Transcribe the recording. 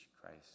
Christ